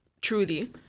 truly